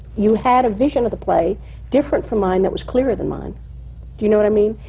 you had a vision of the play different from mine, that was clearer than mine. do you know what i mean?